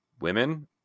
women